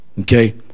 okay